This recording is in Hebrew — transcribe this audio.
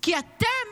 כי אתם